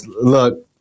look